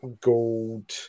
gold